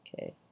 Okay